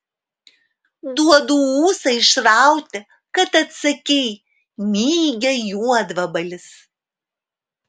duodu ūsą išrauti kad atsakei mygia juodvabalis